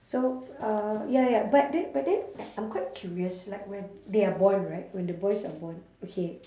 so uh ya ya but then but then like I'm quite curious like when they are born right when the boys are born okay